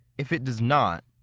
if it does not,